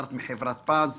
עברת מחברת "פז",